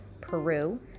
Peru